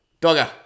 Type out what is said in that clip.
Dogger